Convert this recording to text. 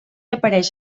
apareix